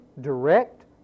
direct